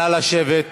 נא לשבת.